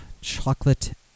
Chocolate